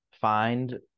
find